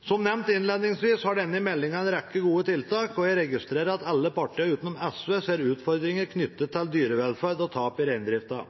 Som nevnt innledningsvis har denne meldingen en rekke gode tiltak. Jeg registrerer at alle partier utenom SV ser utfordringer knyttet til dyrevelferd og tap i reindrifta.